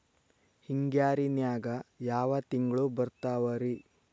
ಹಿಂಗಾರಿನ್ಯಾಗ ಯಾವ ತಿಂಗ್ಳು ಬರ್ತಾವ ರಿ?